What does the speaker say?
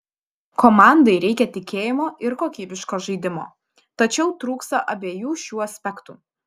komandai reikia tikėjimo ir kokybiško žaidimo tačiau trūksta abiejų šių aspektų